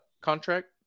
contract